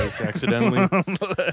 accidentally